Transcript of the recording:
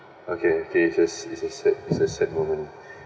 okay okay it's a s~ it's a sad is a sad moment